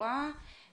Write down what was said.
אני